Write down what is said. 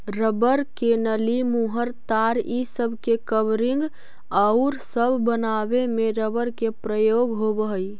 rubber के नली, मुहर, तार इ सब के कवरिंग औउर सब बनावे में रबर के प्रयोग होवऽ हई